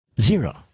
zero